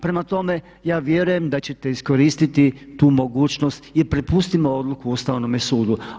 Prema tome ja vjerujem da ćete iskoristiti tu mogućnost i prepustimo odluku Ustavnome sudu.